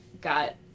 got